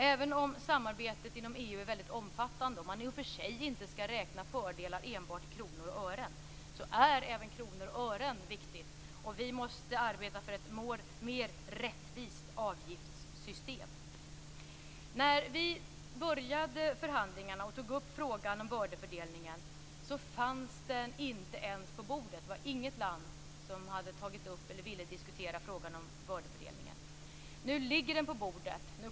Även om samarbetet inom EU är väldigt omfattande, och man i och för sig inte skall räkna fördelar enbart i kronor och ören, är även detta med kronor och ören viktigt, och vi måste arbeta för ett mer rättvist avgiftssystem. När vi började förhandlingarna och tog upp frågan om bördefördelningen fanns den inte ens på bordet. Det var inget land som ville diskutera den frågan. Nu ligger den på bordet.